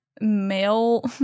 male